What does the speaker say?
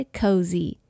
cozy